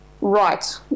right